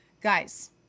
Guys